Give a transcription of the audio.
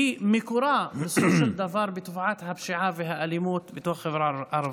מקורה בסופו של דבר בתופעת הפשיעה והאלימות בתוך החברה הערבית.